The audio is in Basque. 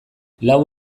lau